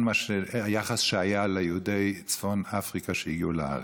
היחס שהיה כלפי יהודי צפון אפריקה שהגיעו לארץ.